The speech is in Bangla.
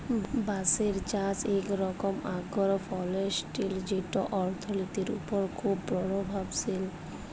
বাঁশের চাষ ইক রকম আগ্রো ফরেস্টিরি যেট অথ্থলিতির উপর খুব পরভাবশালী